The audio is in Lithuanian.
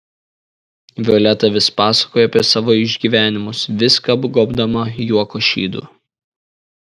violeta vis pasakojo apie savo išgyvenimus viską apgobdama juoko šydu